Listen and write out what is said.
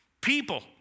People